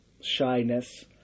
shyness